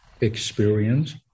experience